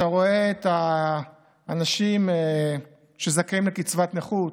אתה רואה את האנשים שזכאים לקצבת נכות,